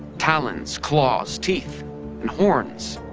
talons, claws, teeth and horns.